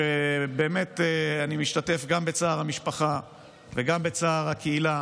ובאמת אני משתתף גם בצער המשפחה וגם בצער הקהילה